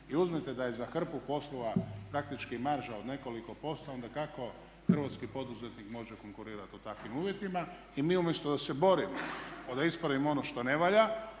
I uzmite da je za hrpu poslova praktički marža od nekoliko posto, onda kako hrvatski poduzetnik može konkurirat u takvim uvjetima? I mi umjesto da se borimo da ispravimo ono što ne valja